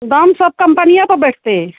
दाम सब कम्पनिये पर बैठतै